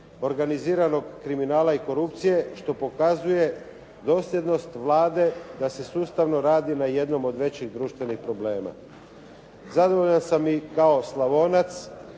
organiziranog kriminala i korupcije što pokazuje dosljednost Vlade da se sustavno radi na jednom od većih društvenih problema. Zadovoljan sam i kao Slavonac